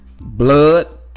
blood